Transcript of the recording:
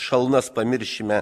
šalnas pamiršime